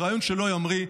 זה רעיון שלא ימריא.